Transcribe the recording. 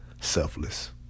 selfless